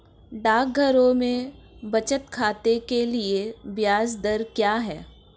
डाकघरों में बचत खाते के लिए ब्याज दर क्या है?